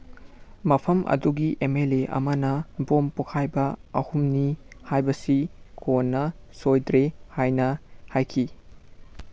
ꯃꯐꯝ ꯑꯗꯨꯒꯤ ꯑꯦ ꯃꯦ ꯂꯦ ꯑꯃꯅ ꯕꯣꯝ ꯄꯣꯈꯥꯏꯕ ꯑꯍꯨꯝꯅꯤ ꯍꯥꯏꯕꯁꯤ ꯀꯣꯟꯅ ꯁꯣꯏꯗ꯭ꯔꯦ ꯍꯥꯏꯅ ꯍꯥꯏꯈꯤ